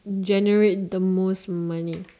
generate the most money